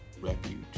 Refuge